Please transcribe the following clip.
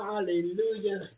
Hallelujah